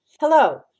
Hello